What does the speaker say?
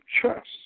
trust